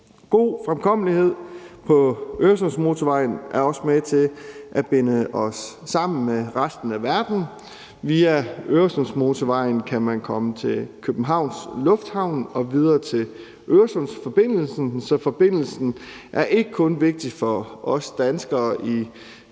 God fremkommelighed på Øresundsmotorvejen er også med til at binde os sammen med resten af verden. Via Øresundsmotorvejen kan man komme til Københavns Lufthavn og videre til Øresundsforbindelsen. Så forbindelsen er ikke kun vigtig for os danskere i et